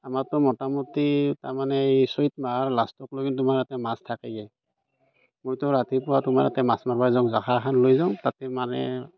আমাৰতো মোটামুটি তাৰমানে এই চৈত মাহৰ লাষ্টকলৈকে তোমাৰ ইয়াতে মাছ থাকেই মইতো ৰাতিপুৱা তোমাৰ ইয়াতে মাছ মাৰিব যাওঁ জাখাৰখান লৈ যাওঁ তাতে মানে